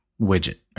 widget